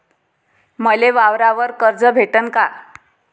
मले वावरावर कर्ज भेटन का?